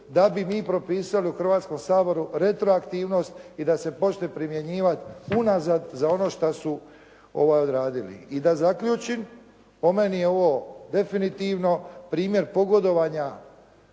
da bi mi propisali u Hrvatskom saboru retroaktivnost i da se počne primjenjivati unazad za ono šta su ovo odradili. I da zaključim. Po meni je ovo definitivno primjer pogodovanja